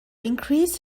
increase